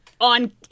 on